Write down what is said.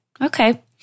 Okay